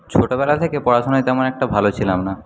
ছোটবেলা থেকে পড়াশোনায় তেমন একটা ভালো ছিলাম না